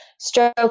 stroke